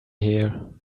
here